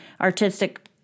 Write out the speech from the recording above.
artistic